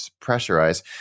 pressurize